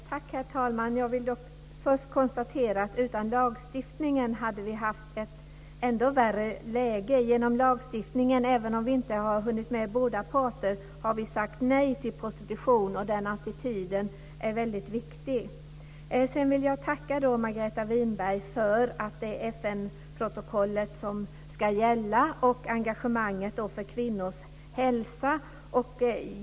Herr talman! Jag vill först konstatera att utan lagstiftningen hade vi haft ett ännu värre läge. Genom lagstiftningen, även om vi inte har hunnit med båda parter, har vi sagt nej till prostitution, och den attityden är väldigt viktig. Sedan vill jag tacka Margareta Winberg för att det är FN-protokollet som ska gälla och för engagemanget för kvinnors hälsa.